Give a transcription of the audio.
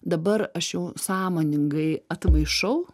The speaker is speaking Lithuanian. dabar aš jau sąmoningai atmaišau